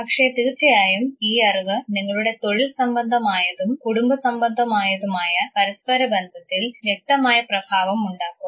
പക്ഷേ തീർച്ചയായും ഈ അറിവ് നിങ്ങളുടെ തൊഴിൽ സംബന്ധമായതും കുടുംബ സംബന്ധമായതുമായ പരസ്പര ബന്ധത്തിൽ വ്യക്തമായ പ്രഭാവം ഉണ്ടാക്കും